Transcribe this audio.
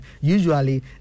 usually